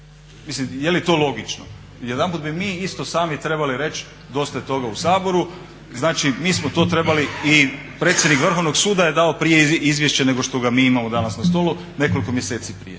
je li to logično? Jedanput mi isto sami trebali reći dosta je toga u Saboru, znači mi smo to trebali i predsjednik Vrhovnog suda je dao prije izvješće nego što ga mi imamo danas na stolu, nekoliko mjeseci prije,